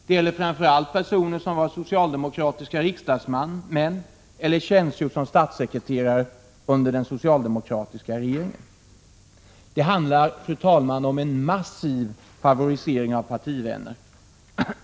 Det gäller framför allt personer som varit socialdemokratiska riksdagsmän eller tjänstgjort som statssekreterare under den socialdemokratiska regeringen. Det handlar om en massiv favorisering av partivänner.